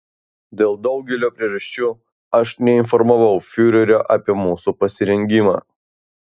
dėl daugelio priežasčių aš neinformavau fiurerio apie mūsų pasirengimą